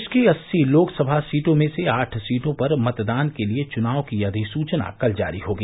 प्रदेश की अस्सी लोकसभा सीटों में से आठ सीटों पर मतदान के लिये चुनाव की अधिसूचना कल जारी होगी